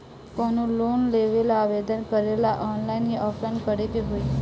कवनो लोन लेवेंला आवेदन करेला आनलाइन या ऑफलाइन करे के होई?